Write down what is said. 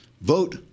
vote